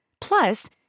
Plus